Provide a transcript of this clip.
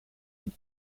and